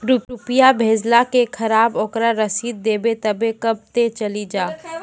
रुपिया भेजाला के खराब ओकरा रसीद देबे तबे कब ते चली जा?